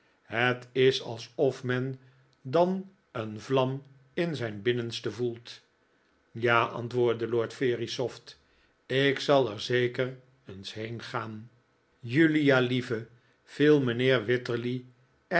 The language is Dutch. het is alsof men dan een vlam in zijn binnenste voelt ja antwoordde lord verisopht ik zal er zeker eens heengaan julia lieve viel mijnheer wititterly er